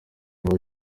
aho